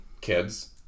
kids